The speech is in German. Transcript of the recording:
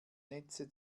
netze